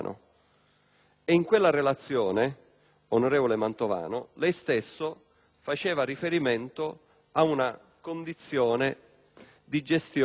In quella relazione, onorevole Mantovano, lei stesso faceva riferimento alla condizione preoccupante